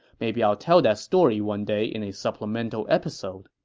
maybe i'll tell that story one day in a supplemental episode.